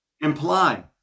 Imply